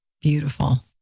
Beautiful